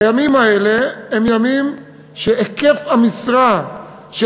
שהימים האלה הם ימים שהיקף המשרה של